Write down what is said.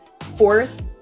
fourth